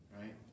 Right